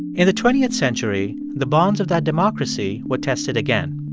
in the twentieth century, the bonds of that democracy were tested again.